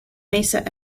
mesa